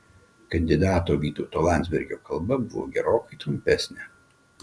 kandidato vytauto landsbergio kalba buvo gerokai trumpesnė